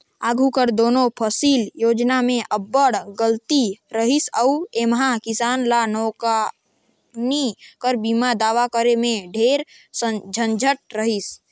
आघु कर दुनो फसिल योजना में अब्बड़ गलती रहिस अउ एम्हां किसान ल नोसकानी कर बीमा दावा करे में ढेरे झंझट रहिस